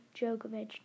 Djokovic